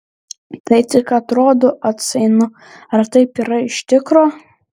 tai tik atrodo atsainu ar taip yra iš tikro